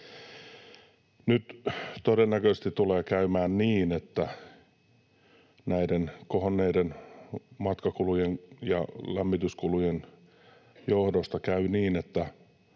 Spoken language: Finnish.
Nyt todennäköisesti tulee käymään niin, että näiden kohonneiden matkakulujen ja lämmityskulujen johdosta tulevana